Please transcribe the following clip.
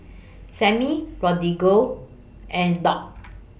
Sammy Rodrigo and Dock